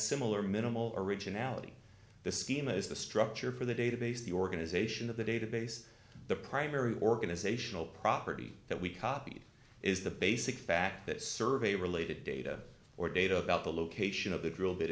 similar minimal originality the schema is the structure for the database the organization of the database the primary organizational property that we copied is the basic fact that survey related data or data about the location of the drill bit